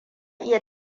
iya